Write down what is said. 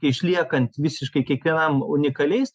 išliekant visiškai kiekvienam unikaliais